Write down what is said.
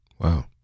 Wow